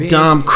Dom